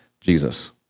Jesus